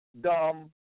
dumb